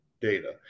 data